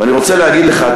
אני רוצה להגיד לך,